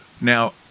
Now